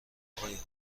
آقای